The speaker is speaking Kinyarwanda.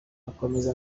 akomeza